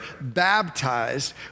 baptized